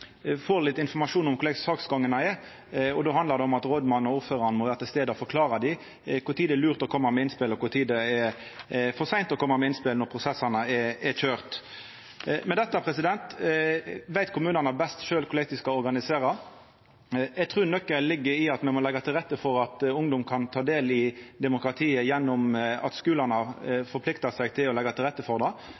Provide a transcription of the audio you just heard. og ordførar må vera til stades og forklara dei når det er lurt å koma med innspel og når det er for seint å koma med innspel når prosessane er køyrde. Dette veit kommunane best sjølve korleis dei skal organisera. Eg trur nøkkelen ligg i at me må leggja til rette for at ungdom kan ta del i demokratiet gjennom at skulane forpliktar seg til å leggja til rette for det.